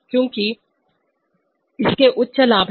क्योंकि इसके उच्च लाभ हैं